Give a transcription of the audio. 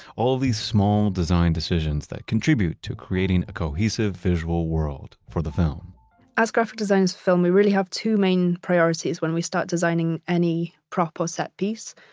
all of these small design decisions that contribute to creating a cohesive visual world for the film as graphic designers in film, we really have two main priorities when we start designing any proper set-piece.